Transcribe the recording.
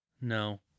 No